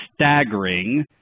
staggering